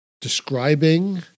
describing